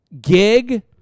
gig